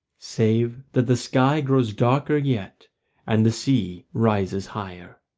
save that the sky grows darker yet and the sea rises higher.